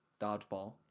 dodgeball